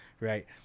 right